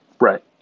right